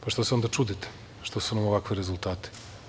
Pa, šta se onda čudite što su nam ovakvi rezultati?